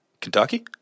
Kentucky